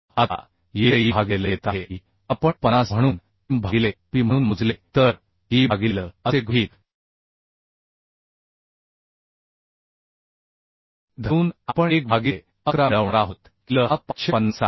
आता येथे E भागिले L येत आहे E आपण 50 म्हणून M भागिले P म्हणून मोजले तर E भागिले L असे गृहीत धरून आपण 1 भागिले 11 मिळवणार आहोत की L हा 550 आहे